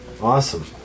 awesome